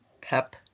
Pep